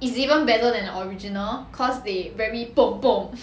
its even better than the original cause they very bom bom